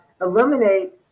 eliminate